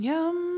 Yum